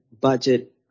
budget